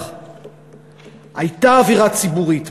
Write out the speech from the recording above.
הייתה אווירה ציבורית.